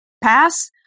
pass